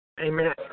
Amen